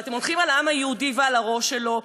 ואתם הולכים על העם היהודי ועל הראש שלו,